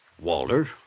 Walter